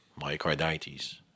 myocarditis